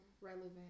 relevant